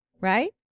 Right